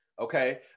okay